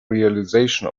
realization